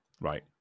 Right